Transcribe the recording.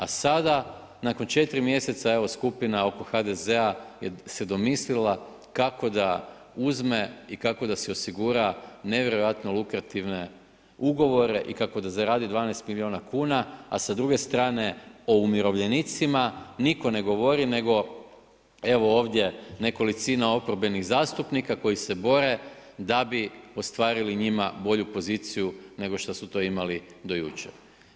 A sada 4 mjeseca, evo skupina oko HDZ-a se domislila kako da uzme i kako da si osigura nevjerojatno lukrativne ugovore i kako da zaradi 12 milijuna kuna, a sa druge strane o umirovljenicima nitko ne govori, nego evo ovdje nekolicina oporbenih zastupnika koji se bore da bi ostvarili njima bolju poziciju nego što su to imali do jučer.